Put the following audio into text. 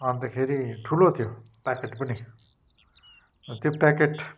अन्तखेरि ठुलो थियो प्याकेट पनि र त्यो प्याकेट